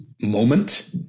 moment